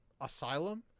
asylum